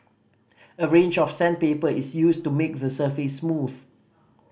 a range of sandpaper is used to make the surface smooth